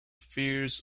fears